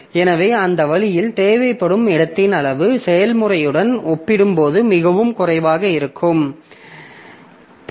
எனவே அந்த வழியில் தேவைப்படும் இடத்தின் அளவு செயல்முறையுடன் ஒப்பிடும்போது மிகவும் குறைவாக இருக்கலாம்